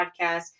podcast